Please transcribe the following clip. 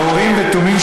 הוועדה המוסמכת